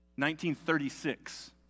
1936